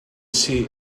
see